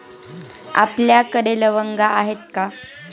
आपल्याकडे लवंगा आहेत का?